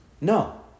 No